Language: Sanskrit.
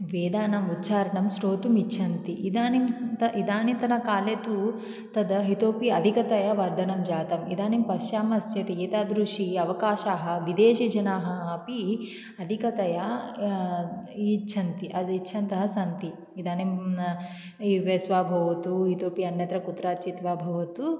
वेदानाम् उच्चारणं श्रोतुम् इच्छन्ति इदानीम् इदानीन्तनकाले तु तद् इतोऽपि अधिकतया वर्धनं जातम् इदानीं पश्यामश्चेत् एतादृशी अवकाशाः विदेशीयजनाः अपि अधिकतया इच्छन्ति इच्छन्तः सन्ति इदानीं भवतु इतोपि अन्यत्र कुत्रचित् वा भवतु